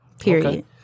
Period